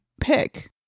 pick